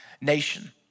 nation